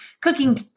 cooking